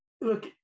look